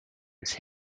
his